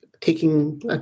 Taking